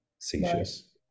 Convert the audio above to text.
seizures